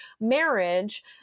marriage